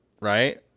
Right